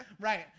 Right